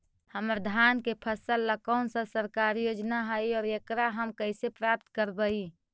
हमर धान के फ़सल ला कौन सा सरकारी योजना हई और एकरा हम कैसे प्राप्त करबई?